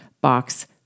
box